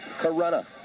Corona